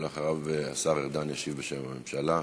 ואחריו השר ארדן ישיב בשם הממשלה.